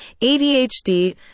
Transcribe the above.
ADHD